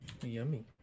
Yummy